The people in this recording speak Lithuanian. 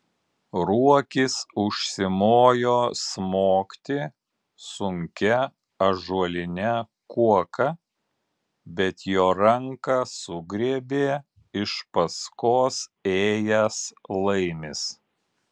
ruokis užsimojo smogti sunkia ąžuoline kuoka bet jo ranką sugriebė iš paskos ėjęs laimis